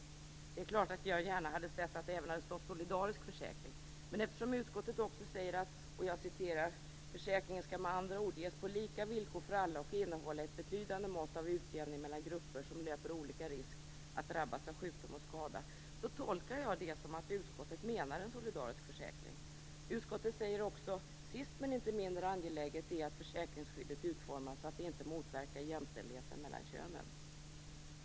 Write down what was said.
Det är klart att jag gärna hade sett att det även hade stått solidarisk försäkring, men eftersom utskottet också säger att: "Försäkringen skall med andra ord ges på lika villkor för alla och innehålla ett betydande mått av utjämning mellan grupper som löper olika risk att drabbas av sjukdom och skada." tolkar jag det så att utskottet menar en solidarisk försäkring. Utskottet säger också: "Sist men inte mindre angeläget är att försäkringsskyddet utformas så att det inte motverkar jämställdheten mellan könen."